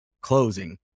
closing